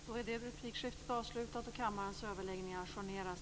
Fru talman! Yvonne Andersson frågar hur jag ser på utbildningsvetenskap.